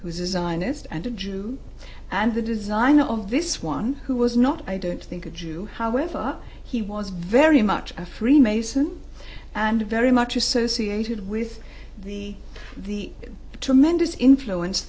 zionist and a jew and the designer of this one who was not i don't think a jew however he was very much a freemason and very much associated with the the tremendous influence